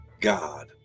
God